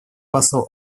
посол